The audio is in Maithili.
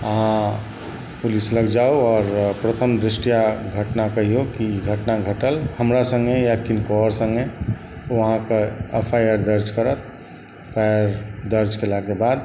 अहाँ पुलिस लग जाउ आओर प्रथमदृष्टया घटना कहियौ जे ई घटना घटल हमरा सङ्गे या किनको आओर सङ्गे ओ अहाँके एफ आइ आर दर्ज करत एफ आइ आर दर्ज कयलाक बाद